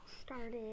started